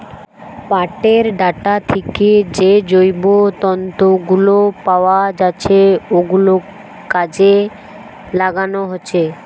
পাটের ডাঁটা থিকে যে জৈব তন্তু গুলো পাওয়া যাচ্ছে ওগুলো কাজে লাগানো হচ্ছে